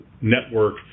network